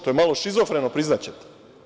To je malo šizofreno, priznaćete.